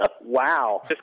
Wow